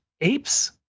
apes